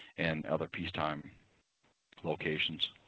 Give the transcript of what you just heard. and other peacetime locations.